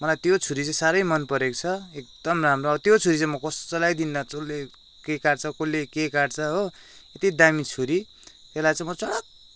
मलाई त्यो छुरी चाहिँ साह्रै मन परेको छ एक्दम राम्रो अब त्यो छुरी चाहिँ म कसैलाई दिन्न जसले के काट्छ कसले के काट्छ हो त्यति दामी छुरी त्यसलाई चाहिँ म चडक्कै